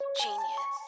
genius